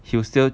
he will still